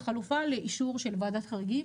משרד הבריאות טל פוקס עו"ד,